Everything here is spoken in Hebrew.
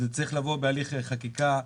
זה צריך לבוא בהליך חקיקה רגיל.